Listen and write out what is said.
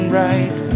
right